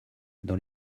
dans